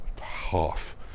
half